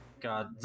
God